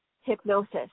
hypnosis